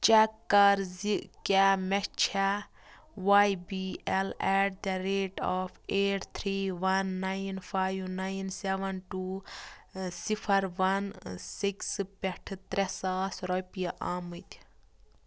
check کَر زِ کیٛاہ مےٚ چھا Y B L at the rate of eight three one nine five nine seven two صِفر وَن سِکٕسہٕ پٮ۪ٹھٕ ترٛےٚ ساس رۄپیہِ آمٕتی